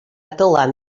dylan